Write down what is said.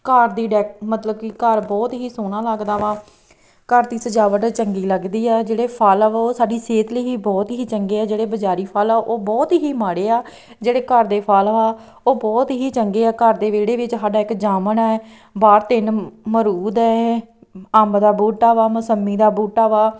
ਘਰ ਦੀ ਡੈਕ ਮਤਲਬ ਕਿ ਘਰ ਬਹੁਤ ਹੀ ਸੋਣਾ ਲੱਗਦਾ ਵਾ ਘਰ ਦੀ ਸਜਾਵਟ ਚੰਗੀ ਲੱਗਦੀ ਹੈ ਜਿਹੜੇ ਫ਼ਲ ਵਾ ਉਹ ਸਾਡੀ ਸਿਹਤ ਲਈ ਹੀ ਬਹੁਤ ਹੀ ਚੰਗੇ ਹੈ ਜਿਹੜੇ ਬਜ਼ਾਰੀ ਫ਼ਲ ਹੈ ਉਹ ਬਹੁਤ ਹੀ ਮਾੜੇ ਆ ਜਿਹੜੇ ਘਰ ਦੇ ਫ਼ਲ ਹਾ ਉਹ ਬਹੁਤ ਹੀ ਚੰਗੇ ਹੈ ਘਰ ਦੇ ਵਿਹੜੇ ਵਿਚ ਸਾਡਾ ਇੱਕ ਜਾਮਣ ਹੈ ਬਾਹਰ ਤਿੰਨ ਅਮਰੂਦ ਹੈ ਅੰਬ ਦਾ ਬੂਟਾ ਵਾ ਮਸੰਮੀ ਦਾ ਬੂਟਾ ਵਾ